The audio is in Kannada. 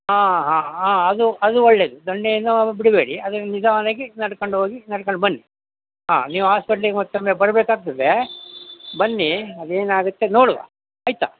ಹಾಂ ಹಾಂ ಹಾಂ ಅದು ಅದು ಒಳ್ಳೇದು ದೊಣ್ಣೆಯನ್ನು ಬಿಡಬೇಡಿ ಆದರೆ ನಿಧಾನಗಿ ನಡ್ಕಂಡು ಹೋಗಿ ನಡ್ಕಂಡು ಬನ್ನಿ ಹಾಂ ನೀವು ಹಾಸ್ಪೆಟ್ಲಿಗೆ ಮತ್ತೊಮ್ಮೆ ಬರಬೇಕಾಗ್ತದೆ ಬನ್ನಿ ಆಗೇನಾಗುತ್ತೆ ನೋಡುವ ಆಯಿತಾ